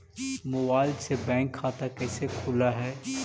Mobile से bank खाता कैसे खुल है?